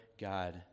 God